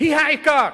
היא העיקר.